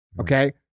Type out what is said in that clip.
okay